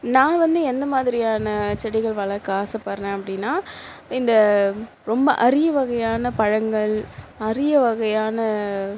நான் வந்து எந்த மாதிரியான செடிகள் வளர்க்க ஆசைப்பட்றேன் அப்படினா இந்த ரொம்ப அரிய வகையான பழங்கள் அரிய வகையான